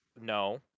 no